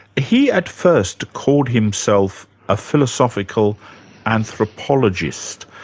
he at first called himself a philosophical anthropologist.